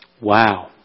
Wow